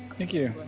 thank you